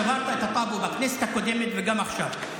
שברת את הטאבו בכנסת הקודמת וגם עכשיו.